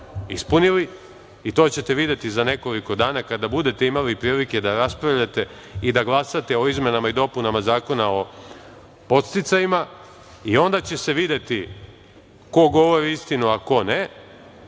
ispunili, i to ćete videti za nekoliko dana kada budete imali prilike da raspravljate i da glasate o izmenama i dopunama zakona o podsticajima i onda će se videti ko govori istinu a ko ne,